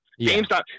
GameStop